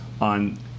on